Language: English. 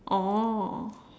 oh